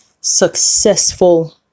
successful